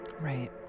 Right